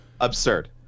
Absurd